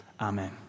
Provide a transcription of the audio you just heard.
Amen